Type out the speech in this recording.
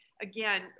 again